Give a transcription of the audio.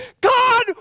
God